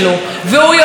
יש הבנה,